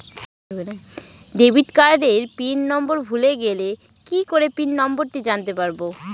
Debit কার্ডের pin number ভুলে গেলে কি করে পিন নম্বরটি জানতে পারবো?